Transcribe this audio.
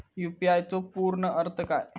UPI चो पूर्ण अर्थ काय?